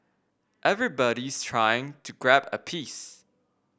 everybody's trying to grab a piece